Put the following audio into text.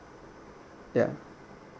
ya